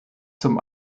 zum